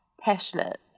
passionate